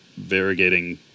variegating